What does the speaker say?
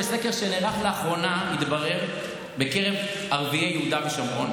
בסקר שנערך לאחרונה בקרב ערביי יהודה ושומרון